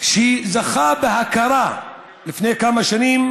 שזכה בהכרה לפני כמה שנים